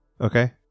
Okay